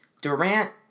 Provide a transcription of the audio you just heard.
Durant